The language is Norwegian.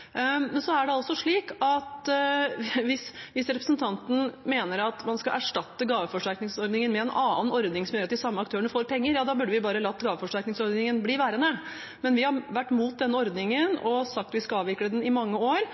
Hvis representanten mener at man skal erstatte gaveforsterkningsordningen med en annen ordning som gjør at de samme aktørene får penger, ja, da burde vi bare latt gaveforsterkningsordningen bli værende. Men vi har vært imot denne ordningen og har i mange år sagt at vi skal avvikle den.